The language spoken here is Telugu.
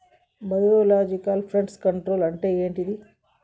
బయోలాజికల్ ఫెస్ట్ కంట్రోల్ అంటే ఏమిటి?